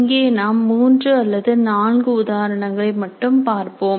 இங்கே நாம் மூன்று அல்லது நான்கு உதாரணங்களை மட்டும் பார்ப்போம்